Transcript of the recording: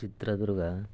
Chitradurga